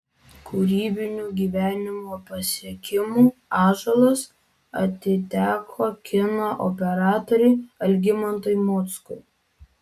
kūrybinių gyvenimo pasiekimų ąžuolas atiteko kino operatoriui algimantui mockui